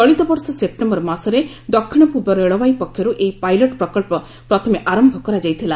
ଚଳିତବର୍ଷ ସେପ୍ରେମ୍ବର ମାସରେ ଦକ୍ଷିଣ ପୂର୍ବ ରେଳବାଇ ପକ୍ଷରୁ ଏହି ପାଇଲଟ ପ୍ରକଳ୍ପ ପ୍ରଥମେ ଆରମ୍ଭ କରାଯାଇଥିଲା